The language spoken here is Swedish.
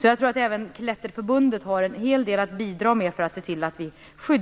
Jag tror alltså att även Klätterförbundet har en hel del att bidra med när det gäller att se till